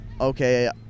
okay